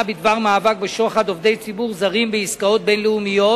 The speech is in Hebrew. בדבר מאבק בשוחד עובדי ציבור זרים בעסקאות בין-לאומיות,